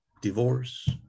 Divorce